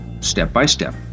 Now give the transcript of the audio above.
step-by-step